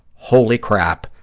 holy crap,